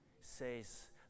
says